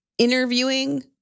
Interviewing